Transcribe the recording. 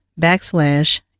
backslash